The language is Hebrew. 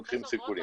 לוקחים סיכונים.